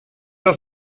auch